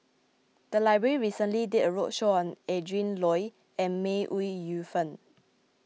the library recently did a roadshow on Adrin Loi and May Ooi Yu Fen